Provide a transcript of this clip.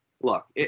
Look